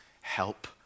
help